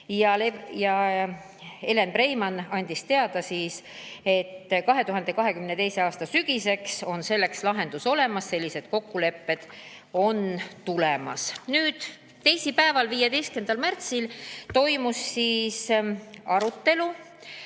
Elen Preimann andis teada, et 2022. aasta sügiseks on lahendus olemas, sellised kokkulepped on tulemas. Teisipäeval, 15. märtsil toimus arutelu,